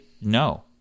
no